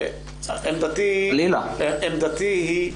עמדתי היא,